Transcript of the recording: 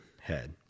head